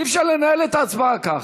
אי-אפשר לנהל את ההצבעה ככה.